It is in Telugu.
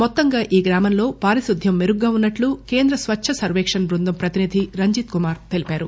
మొత్తంగా ఈ గ్రామంలో పారిశుద్ద్వం మెరుగ్గా ఉన్నట్లు కేంద్ర స్వచ్చ సర్వేక్షస్ బృందం ప్రతినిధి రంజిత్ కుమార్ తెలిపారు